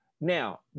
Now